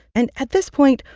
and at this point,